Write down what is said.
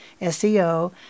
SEO